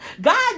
God